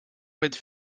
with